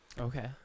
Okay